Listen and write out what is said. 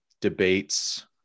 debates